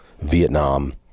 vietnam